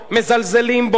מזלזלים בו,